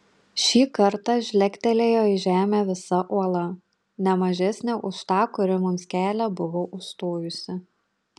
šį kartą žlegtelėjo į žemę visa uola ne mažesnė už tą kuri mums kelią buvo užstojusi